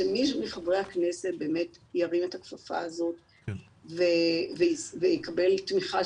שמישהו מחברי הכנסת ירים את הכפפה הזאת ויקבל תמיכה